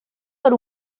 per